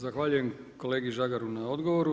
Zahvaljujem kolegi Žagaru na odgovoru.